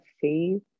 faith